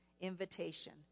invitation